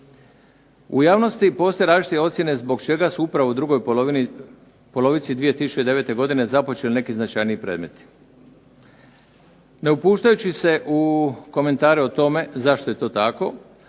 U javnosti postoje različite ocjene zbog čega su upravo u drugoj polovici 2009. godine započeli neki značajniji predmeti. Ne upuštajući se u komentare o tome zašto je to tako,